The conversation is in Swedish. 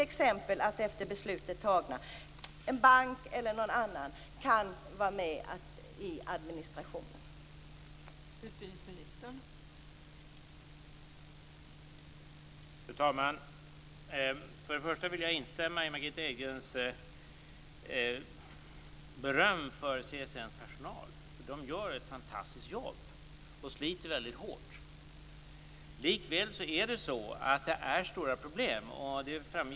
Det kan t.ex. handla om att en bank eller någon annan kan vara med i administrationen efter det att beslut är fattade.